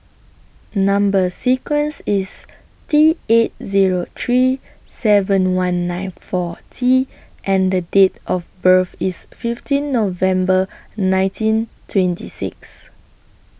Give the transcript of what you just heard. Number sequence IS T eight Zero three seven one nine four T and Date of birth IS fifteen November nineteen twenty six